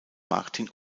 martin